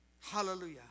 Hallelujah